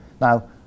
Now